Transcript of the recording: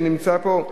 שנמצא פה.